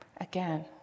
Again